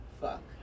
fuck